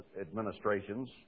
administrations